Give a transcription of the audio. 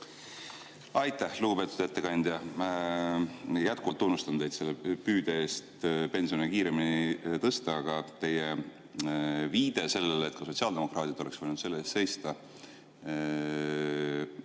Aitäh! Lugupeetud ettekandja! Jätkuvalt tunnustan teid püüde eest pensione kiiremini tõsta. Aga teie viide sellele, et sotsiaaldemokraadid oleks võinud selle eest